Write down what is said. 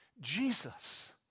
Jesus